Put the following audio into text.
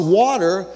water